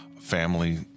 family